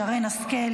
שרן השכל,